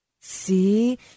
See